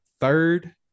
third